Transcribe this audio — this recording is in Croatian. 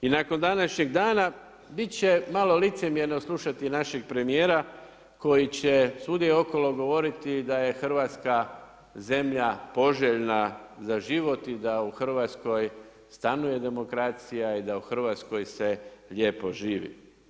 I nakon današnjeg dana, bit će malo licemjerno slušati našeg premjera koji će svugdje okolo govoriti da je Hrvatska zemlja poželjna za život, i da Hrvatskoj stanuje demokracija i da u Hrvatskoj se lijepo živi.